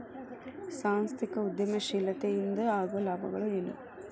ಸಾಂಸ್ಥಿಕ ಉದ್ಯಮಶೇಲತೆ ಇಂದ ಆಗೋ ಲಾಭಗಳ ಏನು